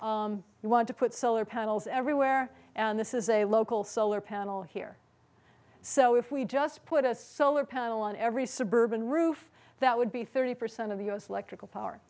you want to put solar panels everywhere and this is a local solar panel here so if we just put a solar panel on every suburban roof that would be thirty percent of the u s electrical power